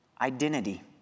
identity